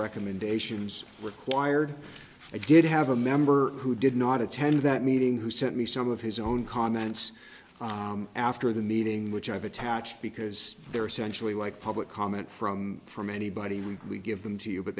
recommendations required i did have a member who did not attend that meeting who sent me some of his own comments after the meeting which i've attached because they're essentially like public comment from from anybody read we give them to you but